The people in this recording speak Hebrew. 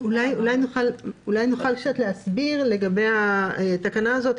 אולי נוכל להסביר לגבי התקנה הזאת,